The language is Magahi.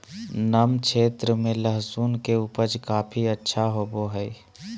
नम क्षेत्र में लहसुन के उपज काफी अच्छा होबो हइ